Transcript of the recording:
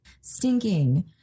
Stinking